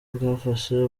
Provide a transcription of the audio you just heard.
bwafashe